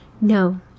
no